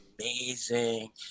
amazing